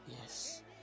yes